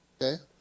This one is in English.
Okay